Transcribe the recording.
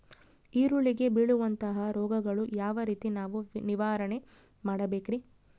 ಈರುಳ್ಳಿಗೆ ಬೇಳುವಂತಹ ರೋಗಗಳನ್ನು ಯಾವ ರೇತಿ ನಾವು ನಿವಾರಣೆ ಮಾಡಬೇಕ್ರಿ?